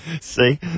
See